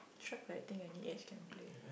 truck collecting any age can play